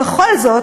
"בכל זאת",